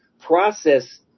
process